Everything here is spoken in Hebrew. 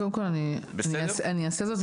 קודם כל אני אעשה זאת.